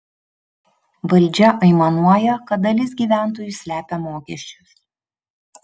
valdžia aimanuoja kad dalis gyventojų slepia mokesčius